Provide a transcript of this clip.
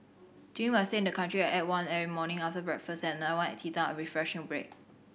during my stay in the country I ate one every morning after breakfast and another at teatime a refreshing break